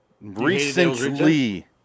Recently